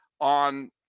on